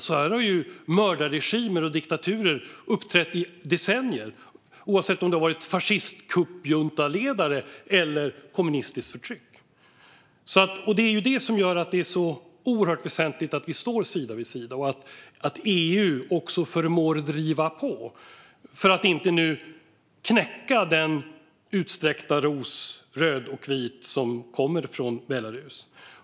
Så har mördarregimer och diktaturer uppträtt i decennier, oavsett om det varit fascistkuppjuntaledare eller kommunistiskt förtryck. Det är det här som gör att det är oerhört väsentligt att vi står sida vid sida och att EU förmår att driva på för att inte knäcka den utsträckta rödvita ros som kommer från Belarus.